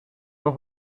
nog